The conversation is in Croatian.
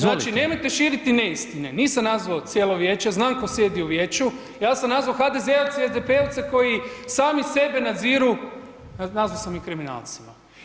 Znači nemojte širiti neistine, nisam nazvao cijelo Vijeće, znam tko sjedi u Vijeću, ja sam nazvao HDZ-ovce i SDP-ovce koji sami sebe nadziru, nazvao sam ih kriminalcima.